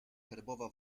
herbowa